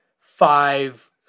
five